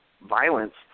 violence